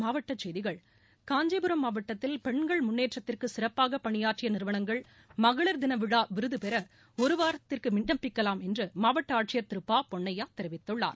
மாவட்ட செய்திகள் காஞ்சிபுரம் மாவட்டத்தில் பெண்கள் முன்னேற்றத்திற்கு சிறப்பாக பணியாற்றிய நிறுவனங்கள் மகளிர் தின விழா விருது பெற ஒருவாரத்திற்கு விண்ணப்பிக்கலாம் என்று மாவட்ட ஆட்சியர் திரு பா பொன்னய்யா தெரிவித்துள்ளார்